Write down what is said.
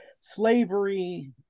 Slavery